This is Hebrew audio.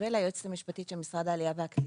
היועצת המשפטית של משרד העלייה והקליטה.